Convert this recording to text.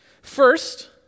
First